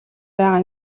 байгаа